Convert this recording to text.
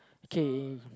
okay